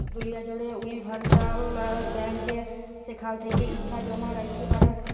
দুলিয়া জ্যুড়ে উলিভারসাল ব্যাংকে যেখাল থ্যাকে ইছা জমা রাইখতে পারো